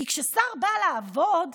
כששר בא לעבוד,